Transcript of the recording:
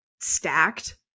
stacked